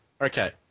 Okay